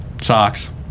socks